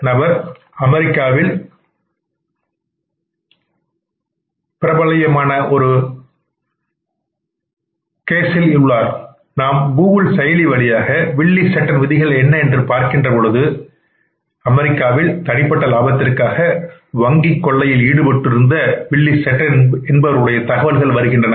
நாம் கூகுள் செயலி வழியாக வில்லி செட்டன் விதிகள் என்ன என்று பார்க்கின்ற பொழுது அமெரிக்காவினுடைய தனிப்பட்ட லாபத்திற்காக வங்கிக் கொள்ளையில் ஈடுபட்டுள்ள வில்லி செட்டன் பற்றி தகவல்கள் வருகின்றன